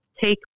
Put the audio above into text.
take